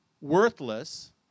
worthless